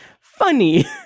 funny